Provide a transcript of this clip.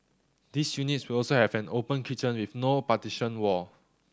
these units will also have an open kitchen with no partition wall